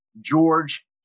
George